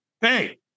hey